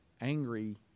angry